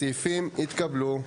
הסעיפים התקבלו.